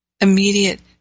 immediate